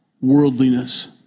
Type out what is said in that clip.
worldliness